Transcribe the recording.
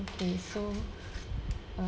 okay so